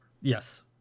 Yes